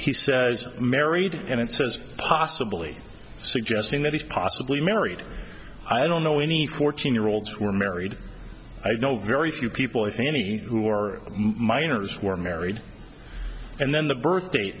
he says married and it says possibly suggesting that he's possibly married i don't know any fourteen year olds who are married i know very few people i think any who are minors were married and then the birthdate